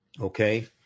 Okay